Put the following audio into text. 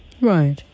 Right